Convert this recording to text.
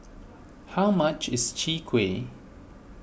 how much is Chwee Kueh